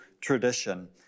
tradition